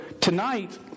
tonight